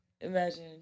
Imagine